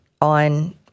on